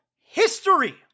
history